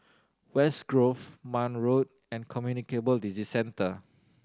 West Grove Marne Road and Communicable Disease Centre